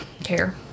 care